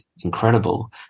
incredible